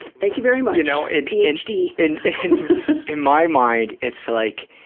thank you very much, you know and ph. d. in in my mind, it's like,